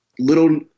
little